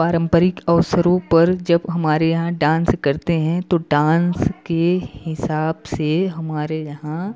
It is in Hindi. पारम्परिक अवसरों पर जब हमारे यहाँ डांस करते हैं तो डांस के हिसाब से हमारे यहाँ